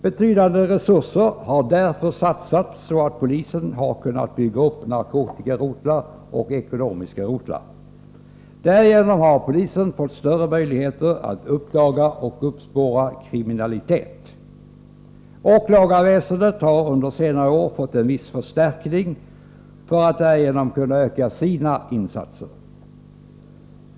Betydande resurser har därför satsats, så att polisen har kunnat bygga upp narkotikarotlar och ekonomiska rotlar. Därigenom har polisen fått större möjligheter att uppdaga och uppspåra denna kriminalitet. Åklagarväsendet har under senare år fått en viss förstärkning för att kunna öka sina insatser.